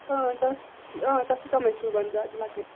اۭں تَتھ چھِ اۭں تَتھ چھِ تِمَے شوٗبان زیادٕ لۄکٕٹۍ